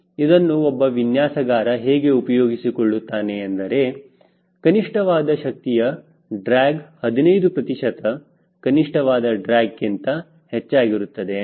ಇದನ್ನು ಒಬ್ಬ ವಿನ್ಯಾಸಗಾರ ಹೇಗೆ ಉಪಯೋಗಿಸಿಕೊಳ್ಳುತ್ತಾನೆ ಎಂದರೆ ಕನಿಷ್ಠವಾದ ಶಕ್ತಿಯ ಡ್ರ್ಯಾಗ್ 15 ಪ್ರತಿಶತ ಕನಿಷ್ಠವಾದ ಡ್ರ್ಯಾಗ್ ಕಿಂತ ಹೆಚ್ಚಾಗಿರುತ್ತದೆ ಎಂದು